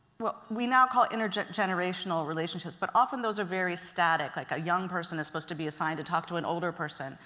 what we now call intergenerational relationships, but often those are very static, like a young person is supposed to be assigned to talk to an older person.